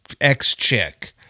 ex-chick